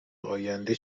آینده